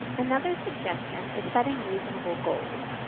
another suggestion is setting reasonable goals.